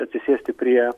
atsisėsti prie